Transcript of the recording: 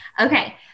Okay